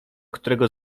którego